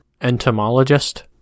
Entomologist